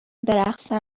برقصم